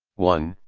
one.